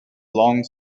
long